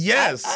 Yes